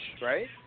right